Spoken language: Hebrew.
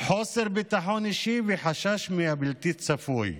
חוסר ביטחון אישי וחשש מהבלתי-צפוי.